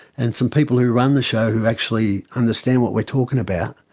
and some people who run the show who actually understand what we're talking about,